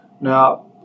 Now